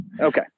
Okay